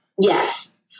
Yes